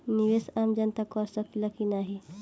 निवेस आम जनता कर सकेला की नाहीं?